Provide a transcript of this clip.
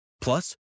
Plus